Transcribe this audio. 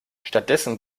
stattdessen